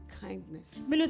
kindness